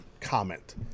comment